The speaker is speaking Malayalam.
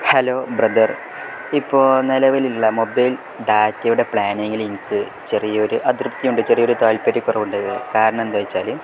ഹലോ ബ്രദർ ഇപ്പോൾ നിലവിലുള്ള മൊബൈൽ ഡാറ്റയുടെ പ്ലാനിങ്ങിൽ എനിക്ക് ചെറിയൊരു അതൃപ്തിയുണ്ട് ചെറിയൊരു താല്പര്യക്കുറവുണ്ട് കാരണം എന്താ വച്ചാൽ